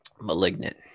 Malignant